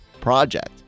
project